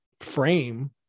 frame